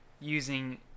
using